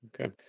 okay